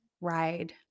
ride